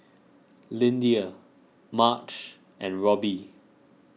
Lyndia Marge and Robby